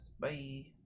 Bye